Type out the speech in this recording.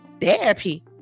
therapy